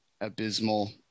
abysmal